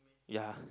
ya